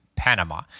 Panama